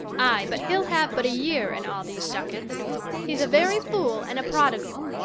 ay, but he'll have but a year in all these ducats he's a very fool and a prodigal.